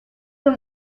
from